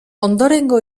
ondorengo